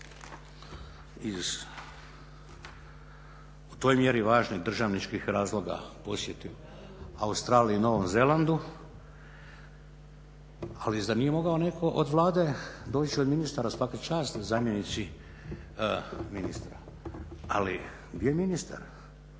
u toj mjeri važnih državničkih razloga posjeti Australiji i Novom Zelandu, ali zar nije mogao netko od Vlade … ministara svaka čast zamjenici ministra, ali gdje je ministar,